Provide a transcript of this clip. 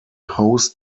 host